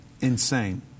Insane